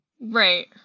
Right